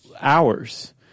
hours